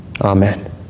Amen